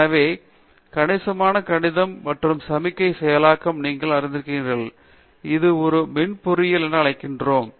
எனவே கணிசமான கணிதம் மற்றும் சமிக்ஞை செயலாக்கத்தை நீங்கள் அறிந்திருக்கிறீர்கள் அது ஒரு மின் பொறியியல் என அழைக்கிறோம்